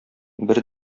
бер